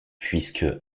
puisque